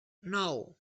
nou